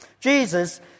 Jesus